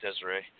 Desiree